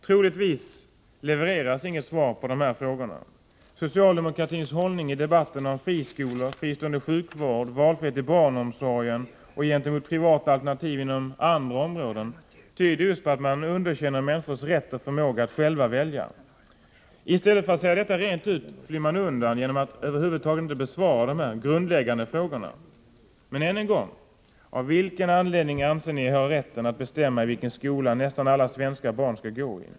Troligtvis lämnas inget svar på dessa frågor. Socialdemokratins hållning i debatten om friskolor, fristående sjukvård, valfrihet i barnomsorgen och gentemot privata alternativ inom andra områden tyder just på att man underkänner människors rätt och förmåga att själva välja. I stället för att säga detta rent ut flyr man undan genom att över huvud taget inte besvara dessa grundläggande frågor. Men än en gång: Av vilken anledning anser ni er ha rätten att bestämma i vilken skola nästan alla svenska barn skall gå?